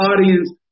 audience